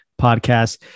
podcast